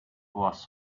was